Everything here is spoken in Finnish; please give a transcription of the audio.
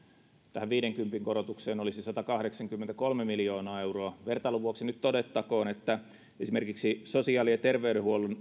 viidenkympin korotukseen olisi satakahdeksankymmentäkolme miljoonaa euroa vertailun vuoksi nyt todettakoon että esimerkiksi sosiaali ja terveydenhuollon